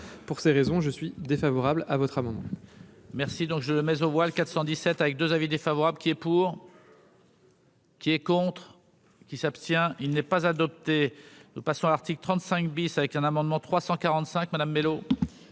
pour ces raisons je suis défavorable à votre avis. Merci donc je le mais au voile 417 avec 2 avis défavorable qui est pour. Qui est contre. Qui s'abstient, il n'est pas adopté de passons article 35 bis avec un amendement 345 Madame Bello.